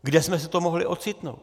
Kde jsme se to mohli ocitnout?